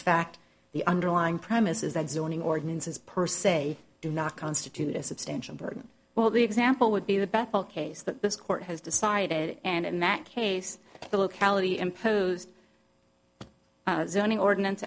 fact the underlying premise is that zoning ordinances per se do not constitute a substantial burden well the example would be the best case that this court has decided and in that case the locality imposed zoning ordinance